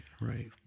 right